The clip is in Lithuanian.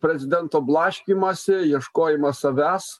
prezidento blaškymąsi ieškojimą savęs